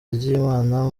ry’imana